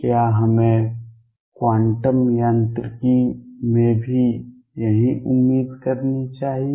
क्या हमें क्वांटम यांत्रिकी में भी यही उम्मीद करनी चाहिए